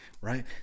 Right